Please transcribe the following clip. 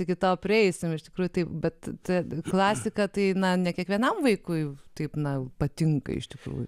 iki to prieisime iš tikrųjų taip bet klasika tai na ne kiekvienam vaikui taip na patinka iš tikrųjų